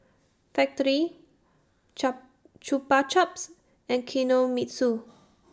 Factorie Chap Chupa Chups and Kinohimitsu